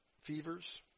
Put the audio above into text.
fevers